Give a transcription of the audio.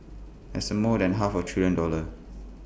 that's more than half A trillion dollars